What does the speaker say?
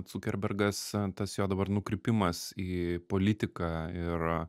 dzukerbergas tas jo dabar nukrypimas į politiką ir